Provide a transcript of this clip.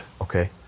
Okay